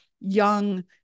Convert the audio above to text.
young